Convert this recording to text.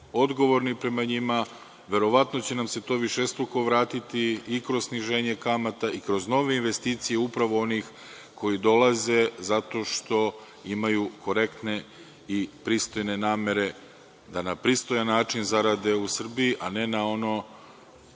odgovorni prema njima, verovatno će nam se to višestruko vratiti i kroz sniženje kamata i kroz nove investicije upravo onih koji dolaze zato što imaju korektne i pristojne namere, da na pristojan način zarade u Srbiji, a ne na ono,